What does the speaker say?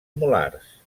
molars